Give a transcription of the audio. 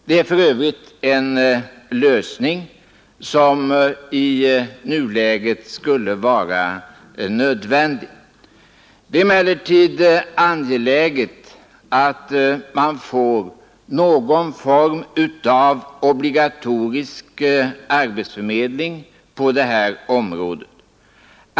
Det är för övrigt en lösning som i nuläget skulle vara nödvändig. Det är emellertid angeläget att man får någon form av obligatorisk arbetsförmedling på detta område.